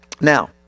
Now